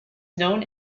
known